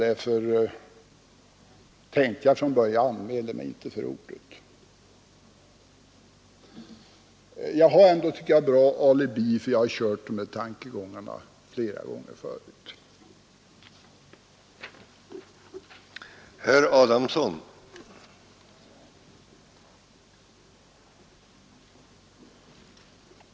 Därför tänkte jag från början att jag inte skulle anmäla mig för ordet. Men jag har bra alibi, tycker jag, för jag har kört med de här tankegångarna flera gånger förut och för mycket länge sedan.